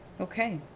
Okay